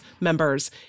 members